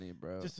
bro